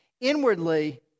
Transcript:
Inwardly